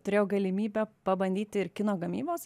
turėjau galimybę pabandyti ir kino gamybos